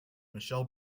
michelle